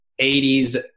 80s